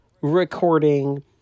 recording